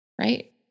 right